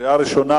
קריאה ראשונה,